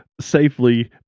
safely